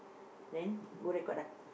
then go record ah